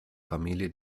familie